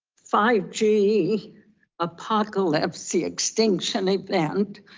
five g apocalypse, the extinction event.